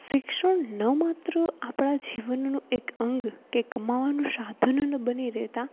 શિક્ષણ ન માત્ર આપણા જીવનનું એક અંગ કે કમાવાનું સાધન ન બની રહેતા